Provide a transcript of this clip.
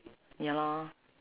ya lor